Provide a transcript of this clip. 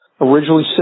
Originally